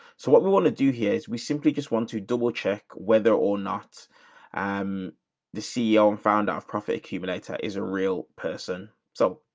so what we want to do here is we simply just want to double check whether or not i'm the ceo and founder of profit accumulator is a real person. so.